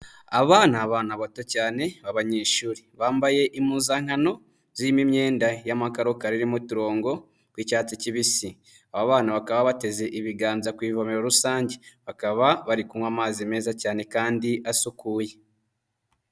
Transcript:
Aba ni abana bato cyane b'abanyeshuri, bambaye impuzankano zirimo imyenda y'amakaroka ririmo uturongo tw'icyatsi kibisi, aba bana bakaba bateze ibiganza ku ivomero rusange, bakaba bari kunywa amazi meza cyane kandi asukuye.